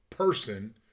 Person